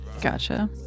Gotcha